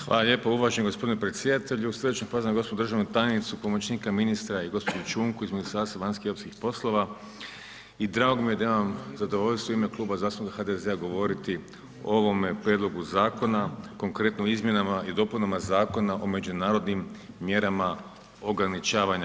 Hvala lijepo uvaženi gospodine predsjedatelju, srdačno pozdravljam gospođu državnu tajnicu, pomoćnika ministra i gospođu Čunko iz Ministarstva vanjskih i europskih poslova i drago mi je da imam zadovoljstvo u ime Kluba zastupnika HDZ-a govoriti o ovome prijedlogu zakona konkretno o izmjenama i dopunama Zakona o međunarodnim mjerama ograničavanja.